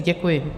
Děkuji.